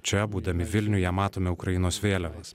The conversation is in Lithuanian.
čia būdami vilniuje matome ukrainos vėliavas